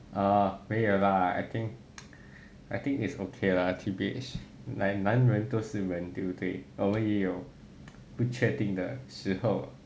orh 没有 lah I think I think is okay lah T_B_H like 男人都是人对不对我们也有不确定的时候